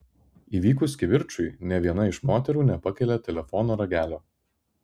įvykus kivirčui nė viena iš moterų nepakelia telefono ragelio